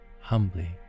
humbly